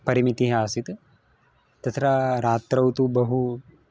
परिमितिः आसीत् तत्र रात्रौ तु बहु